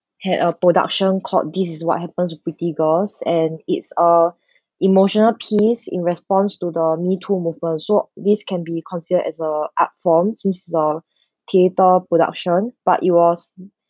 had a production called this is what happens to pretty girls and it's a emotional piece in response to the me-too movement so this can be considered as a art form since it's theatre production but it was